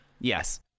yes